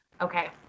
Okay